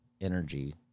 energy